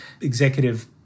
executive